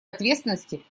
ответственности